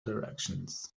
directions